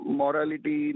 morality